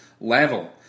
level